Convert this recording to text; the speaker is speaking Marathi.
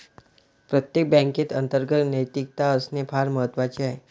प्रत्येक बँकेत अंतर्गत नैतिकता असणे फार महत्वाचे आहे